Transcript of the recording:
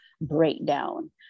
breakdown